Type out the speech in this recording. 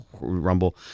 rumble